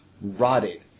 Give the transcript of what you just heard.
Rotted